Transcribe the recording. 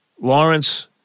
Lawrence